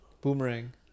Boomerang